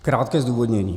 Krátké zdůvodnění.